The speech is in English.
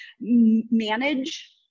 manage